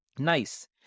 nice